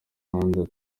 sandra